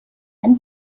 and